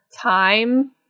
time